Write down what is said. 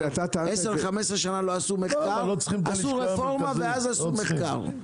15-10 שנים לא עשו מחקר, עשו רפורמה ואז עשו מחקר.